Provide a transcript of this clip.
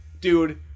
Dude